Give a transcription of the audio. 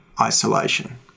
isolation